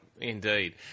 indeed